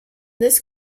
this